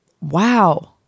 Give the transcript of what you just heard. Wow